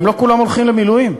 גם לא כולם הולכים למילואים.